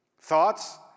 Thoughts